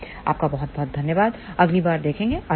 आपका बहुत बहुत धन्यवाद अगली बार देखें अलविदा